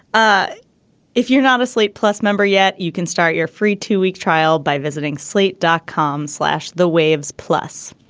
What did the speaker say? ah if you're not a slate plus member yet you can start your free two week trial by visiting slate dot com slash the waves plus